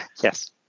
Yes